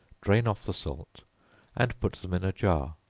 drain off the salt and put them in a jar,